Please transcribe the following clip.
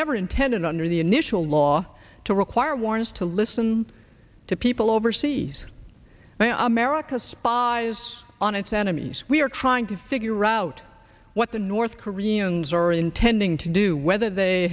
never intended under the initial law to require warrants to listen to people overseas america spies on its enemies we are trying to figure out what the north koreans are intending to do whether they